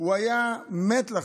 היה מת לחזור,